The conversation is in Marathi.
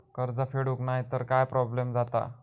कर्ज फेडूक नाय तर काय प्रोब्लेम जाता?